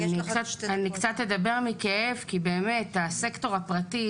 אני קצת אדבר מכאב, כי באמת הסקטור הפרטי,